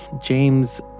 James